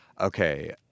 Okay